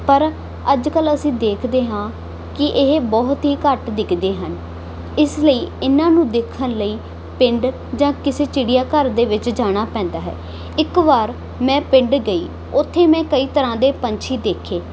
ਪਰ ਅੱਜ ਕੱਲ ਅਸੀਂ ਦੇਖਦੇ ਹਾਂ ਕੀ ਇਹ ਬਹੁਤ ਹੀ ਘੱਟ ਦਿਖਦੇ ਹਨ ਇਸ ਲਈ ਇਹਨਾਂ ਨੂੰ ਦੇਖਣ ਲਈ ਪਿੰਡ ਜਾਂ ਕਿਸੇ ਚਿੜੀਆ ਘਰ ਦੇ ਵਿੱਚ ਜਾਣਾ ਪੈਂਦਾ ਹੈ ਇੱਕ ਵਾਰ ਮੈਂ ਪਿੰਡ ਗਈ ਉੱਥੇ ਮੈਂ ਕਈ ਤਰ੍ਹਾਂ ਦੇ ਪੰਛੀ ਦੇਖੇ